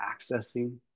accessing